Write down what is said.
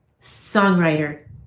songwriter